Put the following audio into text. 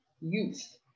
youth